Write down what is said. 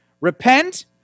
Repent